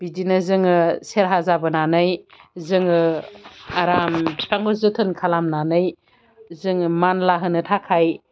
बिदिनो जोङो सेरहा जाबोनानै जोङो आराम फिफांखौ जोथोन खालामनानै जोङो मानला होनो थाखाय